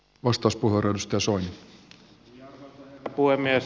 arvoisa herra puhemies